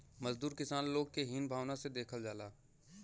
मजदूर किसान लोग के हीन भावना से देखल जाला